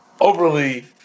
overly